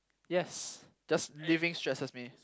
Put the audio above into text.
yes just living stresses me